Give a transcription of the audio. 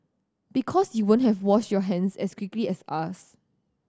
because you won't have washed your hands as quickly as us